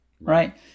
right